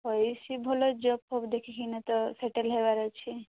ହଇ ସେ ଭଲ ଜବ୍ ଫବ୍ ଦେଖିକିନା ତ ସେଟେଲ୍ ହେବାର ଅଛି